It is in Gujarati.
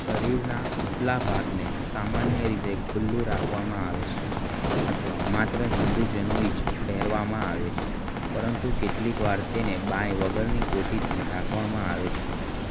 શરીરના ઉપલા ભાગને સામાન્ય રીતે ખુલ્લું રાખવામાં આવે છે અથવા માત્ર હિંદુ જનોઈ જ પહેરવામાં આવે છે પરંતુ કેટલીકવાર તેને બાંય વગરની કોટીથી ઢાંકવામાં આવે છે